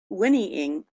whinnying